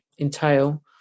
entail